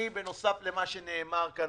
בנוסף למה שנאמר כאן,